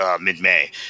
mid-May